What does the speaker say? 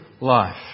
life